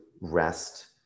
rest